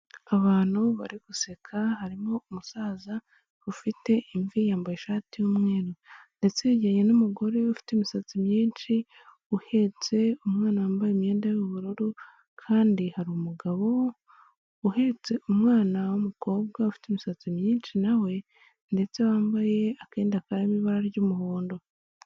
Abantu bari guseka harimo umusaza ufite imvi yambaye ishati y'umweru, ndetse yegeranye n'umugore we ufite imisatsi myinshi uhetse umwana wambaye imyenda y'ubururu, kandi hari umugabo uhetse umwana w'umukobwa ufite imisatsi myinshi nawe ndetse wambaye akenda karimo ibara ry'umuhondo.